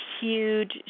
huge